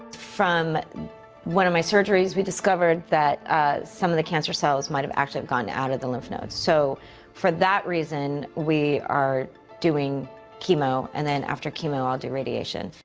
from one of my surgeries we discovered that some of the cancer cells might have actually gone out of the lymph nodes so for that reason we are doing chemo and then after chemo i'll do radiation.